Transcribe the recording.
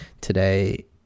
today